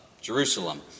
Jerusalem